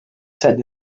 said